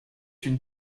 une